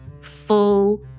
full